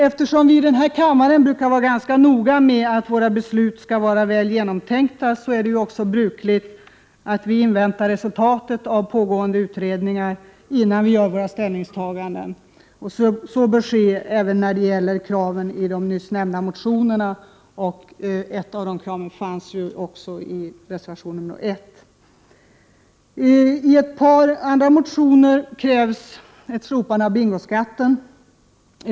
Eftersom vi i riksdagen brukar vara ganska noga med att våra beslut är väl genomtänkta, är det också brukligt att vi inväntar resultat av pågående utredningar innan vi gör våra ställningstaganden. Så bör ske även när det gäller kraven i de nyssnämnda motionerna. Ett av kraven återfinns i reservation 1. I ett par motioner krävs slopande av bingoskatten.